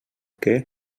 què